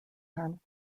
harm